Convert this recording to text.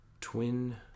twin